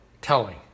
telling